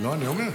נו, אני אומר.